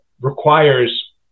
requires